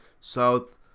South